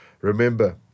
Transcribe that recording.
Remember